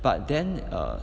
but then err